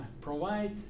provide